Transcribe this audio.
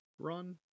Run